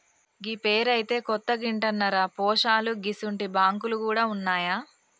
గీ పేరైతే కొత్తగింటన్నరా పోశాలూ గిసుంటి బాంకులు గూడ ఉన్నాయా